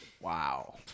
Wow